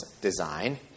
design